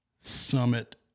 Summit